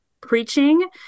preaching